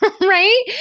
Right